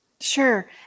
sure